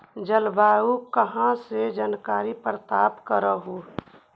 जलवायु कहा से जानकारी प्राप्त करहू?